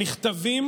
נכתבים